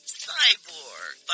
cyborg